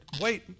wait